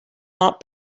not